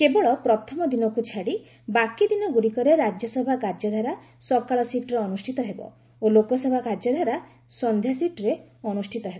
କେବଳ ପ୍ରଥମ ଦିନକୁ ଛାଡ଼ି ବାକି ଦିନଗୁଡ଼ିକରେ ରାଜ୍ୟସଭା କାର୍ଯ୍ୟଧାରା ସକାଳ ସିଫ୍ଟରେ ଅନୁଷ୍ଠିତ ହେବ ଓ ଲୋକସଭା କାର୍ଯ୍ୟଧାରା ସନ୍ଧ୍ୟା ସିଫ୍ଟରେ ଅନୁଷ୍ଠିତ ହେବ